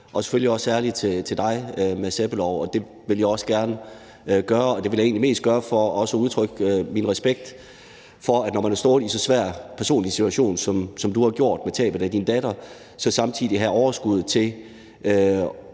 og selvfølgelig også særlig til dig, Mads Peter Ebbelov. Det vil jeg også gerne gøre, og det er mest for også at udtrykke min respekt for, at du har stået i en så svær personlig situation, som du har gjort med tabet af din datter, og så samtidig har haft overskuddet til